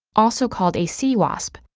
also called a sea wasp,